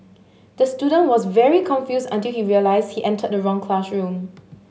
the student was very confused until he realised he entered the wrong classroom